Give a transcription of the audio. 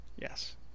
Yes